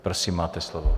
Prosím, máte slovo.